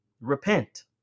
repent